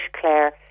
Claire